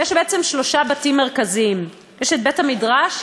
שלושה בתים מרכזיים: בית-המדרש,